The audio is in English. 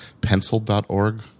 Pencil.org